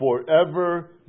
forever